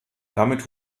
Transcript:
damit